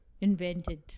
Invented